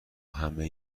همه